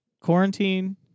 quarantine